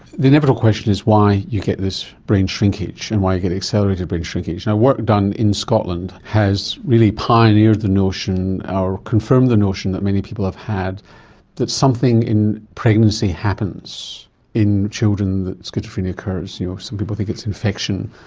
the inevitable question is why you get this brain shrinkage and why you get accelerated brain shrinkage? now work done in scotland has really pioneered the notion or confirmed the notion that many people have had that something in pregnancy happens in children that schizophrenia occurs. you know, some people think it's infection,